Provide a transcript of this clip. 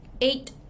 eight